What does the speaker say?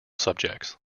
subjects